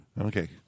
Okay